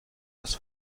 das